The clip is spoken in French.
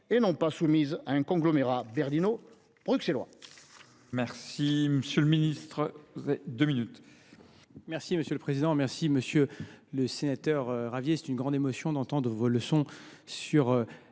et non pas soumise à un conglomérat berlino bruxellois